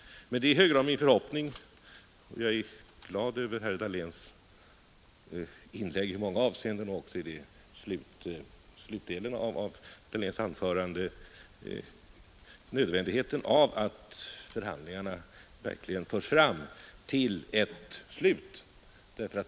Jag är i många avseenden glad över herr Dahléns inlägg och även slutdelen av hans anförande. Det är i hög grad min förhoppning att förhandlingarna snart skall slutföras.